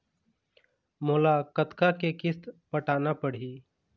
मोला कतका के किस्त पटाना पड़ही?